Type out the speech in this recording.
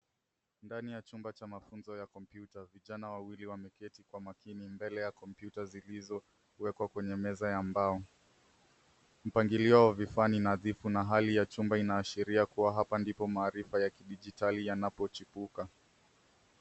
Ndani ya chumba cha mafunzo ya kompyuta vijana Wawili wameketi kwa makini mbele ya kompyuta zilizo wekwa kwenye kwenye meza ya mbao. Mpangilio wa vifaa ni nadhifu na hali ya chumba inaashiria kuwa hapa ndipo maarifa ya kidijitali yanapo chipuka.